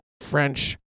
French